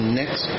next